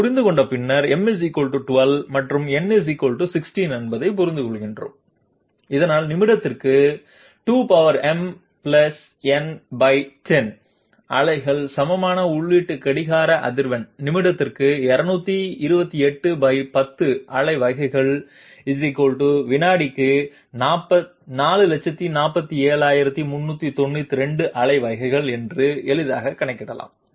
அதைப் புரிந்து கொண்ட பின்னர் m 12 மற்றும் n 16 என்பதைப் புரிந்துகொள்கிறோம் இதனால் நிமிடத்திற்கு 2mn10 அலைகளுக்கு சமமான உள்ளீட்டு கடிகார அதிர்வெண் நிமிடத்திற்கு 22810 அலை வகைகள் வினாடிக்கு 447392 அலை வகைகள் என்று எளிதாகக் கணக்கிடலாம்